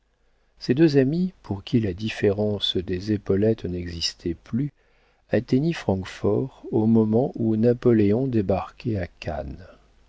ces deux amis pour qui la différence des épaulettes n'existait plus atteignirent francfort au moment où napoléon débarquait à cannes